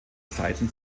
seiten